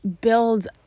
build